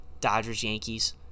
Dodgers-Yankees